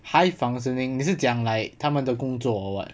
high functioning 你是讲 like 他们的工作 or what